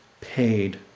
paid